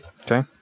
Okay